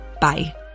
Bye